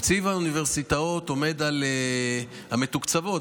תקציב האוניברסיטאות המתוקצבות,